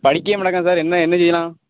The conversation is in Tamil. படிக்கவே மாட்டக்கான் சார் என்ன என்ன செய்யலாம்